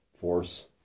force